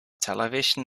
television